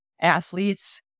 athletes